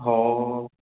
होय